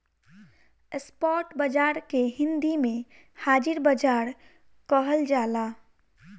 spot बाजार के हिंदी में हाजिर बाजार कहल जाला